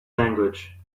language